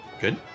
Good